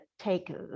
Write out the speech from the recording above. take